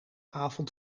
avond